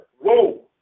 Whoa